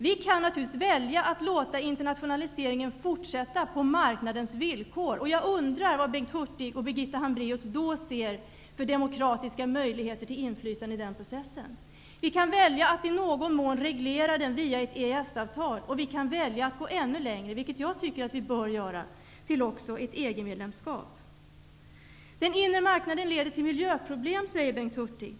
Vi kan naturligtvis välja att låta internationaliseringen fortsätta på marknadens villkor. Jag undrar vilka möjligheter Bengt Hurtig och Birgitta Hambraeus då ser till demokratiskt inflytande i den processen. Vi kan välja att i någon mån reglera den via ett EES-avtal, och vi kan välja att gå ännu längre -- vilket jag anser att vi bör göra -- nämligen till ett EG-medlemskap. Den inre marknaden leder till miljöproblem, säger Bengt Hurtig.